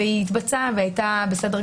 אבל אני חושב שבסוף כאן לפני שנה בתיקון 4,